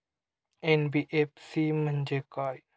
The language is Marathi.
एन.बी.एफ.सी म्हणजे काय?